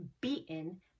beaten